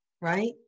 right